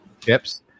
chips